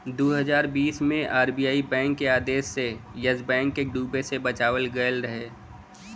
दू हज़ार बीस मे आर.बी.आई के आदेश से येस बैंक के डूबे से बचावल गएल रहे